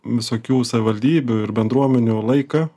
visokių savivaldybių ir bendruomenių laiką